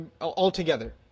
altogether